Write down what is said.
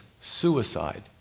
suicide